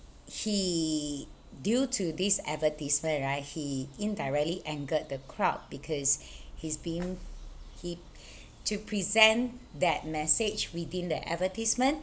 he due to this advertisement right he indirectly angered the crowd because he's been he to present that message within the advertisement